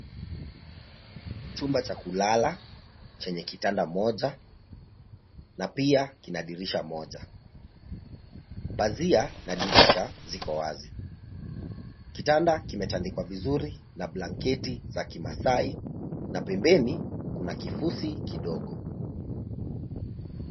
Chumba cha kulala, chenye kitanda moja, na pia kina dirisha moja. Pazia na dirisha ziko wazi. Kitanda kimetandikwa vizuri, na blanketi za kimasai, na pembeni kuna kifusi kidogo.